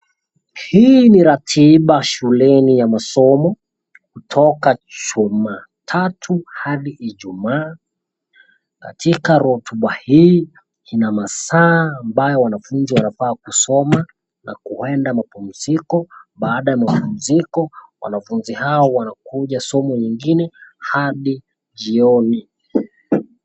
Hii ni ratiba shuleni ya masomo kutoka jumatatu hadi ijumaa. Katika rotuba hii ina masaa ambayo wanafunzi wanafaa kusoma na kuenda mapumziko, baada ya mapumziko, wanafunzi hawa wanakuja somo lingine hadi jioni.